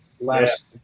last